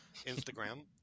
Instagram